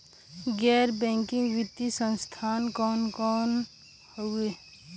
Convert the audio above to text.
गैर बैकिंग वित्तीय संस्थान कौन कौन हउवे?